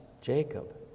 Jacob